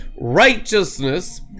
righteousness